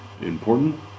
important